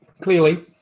Clearly